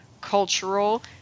cultural